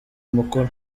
mukuru